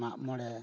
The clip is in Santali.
ᱢᱟᱜ ᱢᱚᱬᱮ